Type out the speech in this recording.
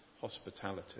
hospitality